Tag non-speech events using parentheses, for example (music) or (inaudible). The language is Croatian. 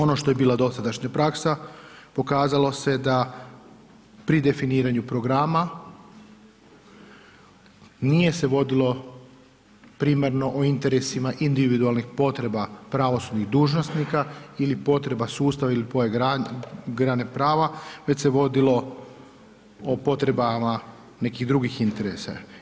Ono što je bila dosadašnja praksa pokazalo se da pri definiranju programa nije se vodilo primarno o interesima individualnih potreba pravosudnih dužnosnika ili potreba sustava ili ... (unintelligible) grane prava već se vodilo o potrebama nekih drugih interesa.